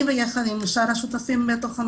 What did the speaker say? אני, יחד עם השותפים במשרד.